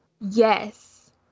Yes